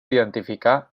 identificar